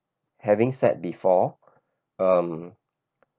having sat before um